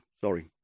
sorry